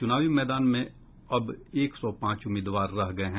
चुनावी मैदान में अब एक सौ पांच उम्मीदवार रह गये हैं